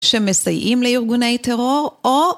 שמסייעים לארגוני טרור, או...